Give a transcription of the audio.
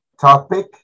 topic